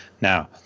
Now